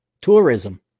Tourism